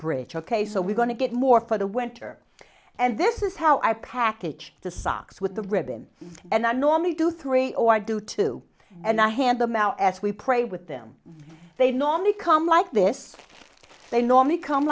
debris ok so we're going to get more for the winter and this is how i package the socks with the ribbon and i normally do three oh i do two and i hand them out as we pray with them they normally come like this they normally come